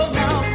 now